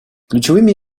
ключевыми